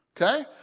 Okay